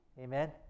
Amen